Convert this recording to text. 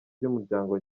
ry’umuryango